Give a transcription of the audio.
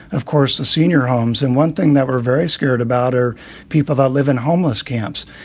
of course, the senior homes. and one thing that we're very scared about are people that live in homeless camps.